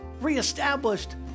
reestablished